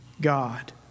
God